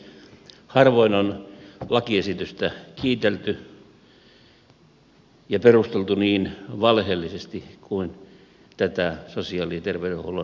harvoin on lakiesitystä kiitelty ja perusteltu niin valheellisesti kuin tätä sosiaali ja terveydenhuollon järjestämislakia